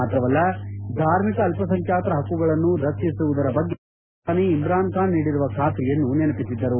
ಮಾತ್ರವಲ್ಲ ಧಾರ್ಮಿಕ ಅಲ್ಲಸಂಖ್ಯಾತರ ಹಕ್ಕುಗಳನ್ನು ರಕ್ಷಿಸುವುದರ ಬಗ್ಗೆ ಪಾಕಿಸ್ತಾನ ಪ್ರಧಾನಿ ಇಮ್ರಾನ್ ಖಾನ್ ನೀಡಿರುವ ಖಾತರಿಯನ್ನು ನೆನಪಿಸಿದ್ದರು